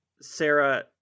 Sarah